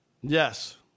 Yes